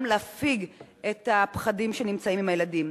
להפיג את הפחדים שנמצאים אצל הילדים.